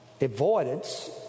avoidance